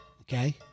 Okay